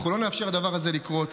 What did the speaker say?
אנחנו לא נאפשר לדבר הזה לקרות.